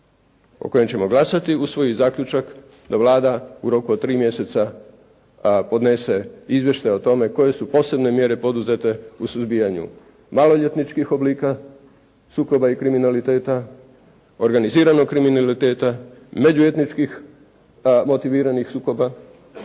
o kojem ćemo glasati usvoji zaključak da Vlada u roku od 3 mjeseca podnese izvještaj o tome koje su posebne mjere poduzete u suzbijanja maloljetničkih oblika sukoba i kriminaliteta, organiziranog kriminaliteta, međuetničkih motiviranih sukoba